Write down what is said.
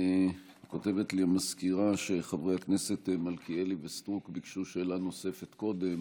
כותבת לי המזכירה שחברי הכנסת מלכיאלי וסטרוק ביקשו שאלה נוספת קודם,